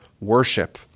worship